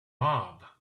mob